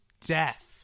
death